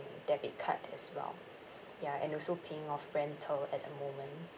debit card as well ya and also paying off rental at the moment